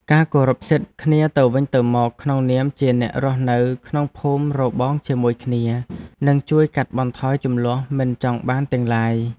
ការគោរពសិទ្ធិគ្នាទៅវិញទៅមកក្នុងនាមជាអ្នករស់នៅក្នុងភូមិរបងជាមួយគ្នានឹងជួយកាត់បន្ថយជម្លោះមិនចង់បានទាំងឡាយ។